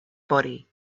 body